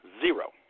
Zero